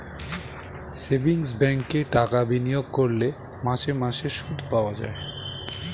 savings ব্যাঙ্কে টাকা বিনিয়োগ করলে মাসে মাসে সুদ পাওয়া যায়